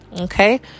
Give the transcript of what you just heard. Okay